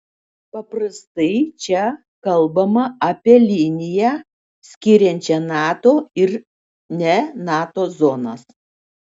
paprastai čia kalbama apie liniją skiriančią nato ir ne nato zonas